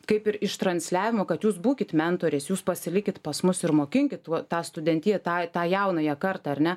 kaip ir ištransliavimo kad jūs būkit mentoriais jūs pasilikit pas mus ir mokinkit tuo tą studentiją tą tą jaunąją kartą ar ne